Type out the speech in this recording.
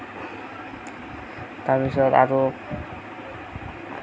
তাৰপিছত আৰু